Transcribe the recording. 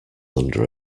under